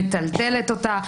מטלטלת אותה,